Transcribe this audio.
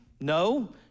No